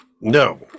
No